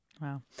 Wow